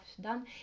done